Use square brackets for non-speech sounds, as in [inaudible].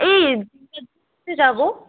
এই [unintelligible] যাব